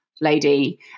Lady